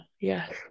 Yes